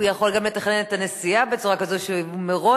הוא יכול גם לתכנן את הנסיעה בצורה כזאת שהוא מראש